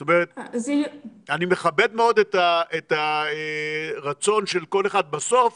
זאת אומרת אני מכבד מאוד את הרצון של כל אחד, בסוף